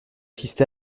assisté